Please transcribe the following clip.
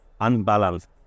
unbalanced